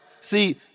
See